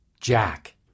Jack